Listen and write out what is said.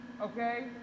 okay